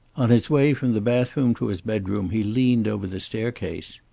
on his way from the bathroom to his bedroom he leaned over the staircase.